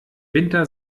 winter